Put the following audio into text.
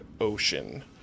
ocean